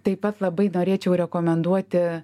taip pat labai norėčiau rekomenduoti